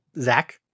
Zach